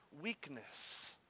weakness